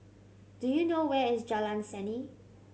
do you know where is Jalan Seni